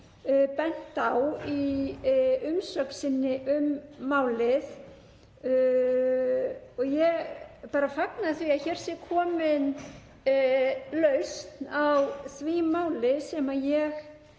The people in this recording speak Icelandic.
bent á í umsögn sinni um málið og fagna því að hér sé komin lausn á því máli sem ég